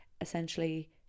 Essentially